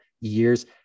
years